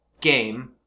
game